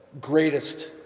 greatest